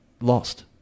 Lost